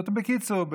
בקיצור,